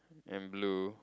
and blue